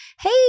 hey